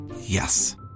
Yes